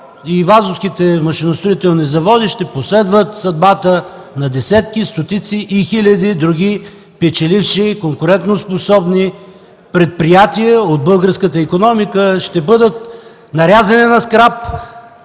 Вазовските машиностроителни заводи ще последват съдбата на десетки, стотици и хиляди други печеливши конкурентоспособни предприятия от българската икономика, ще бъдат нарязани на скрап,